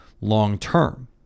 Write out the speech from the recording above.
long-term